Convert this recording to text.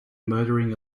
murdering